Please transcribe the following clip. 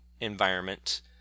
environment